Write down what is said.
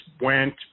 went